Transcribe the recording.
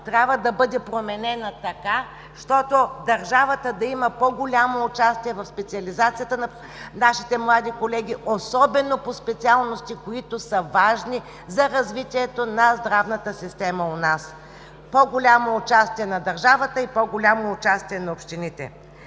трябва да бъде променена, така че държавата да има по-голямо участие в специализацията на нашите млади колеги, особено по важни специалности за развитието на здравната система у нас. По-голямо участие на държавата и по-голямо участие на общините!